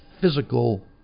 physical